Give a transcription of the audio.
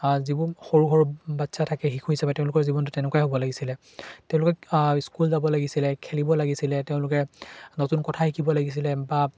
যিবোৰ সৰু সৰু বাচ্ছা থাকে শিশু হিচাপে তেওঁলোকৰ জীৱনটো তেনেকুৱাই হ'ব লাগিছিলে তেওঁলোকে স্কুল যাব লাগিছিলে খেলিব লাগিছিলে তেওঁলোকে নতুন কথা শিকিব লাগিছিলে বা